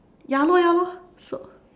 ya lor ya lor so